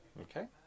okay